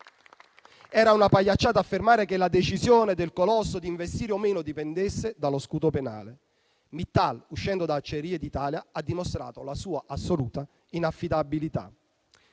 Era una pagliacciata affermare che la decisione del colosso di investire o meno dipendesse dallo scudo penale. Mittal, uscendo da Acciaierie d'Italia, ha dimostrato la sua assoluta inaffidabilità.